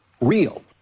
real